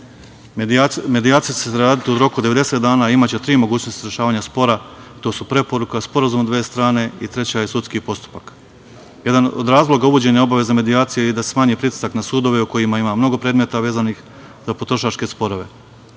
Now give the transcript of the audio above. dana razraditi i imaće tri mogućnosti rešavanja spora. To su preporuka sporazuma dve strane i treća je sudski postupak. Jedan od razloga uvođenja obaveze medijacije je da se smanji pritisak na sudove u kojima ima mnogo predmeta vezanih za potrošačke sporove.